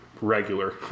regular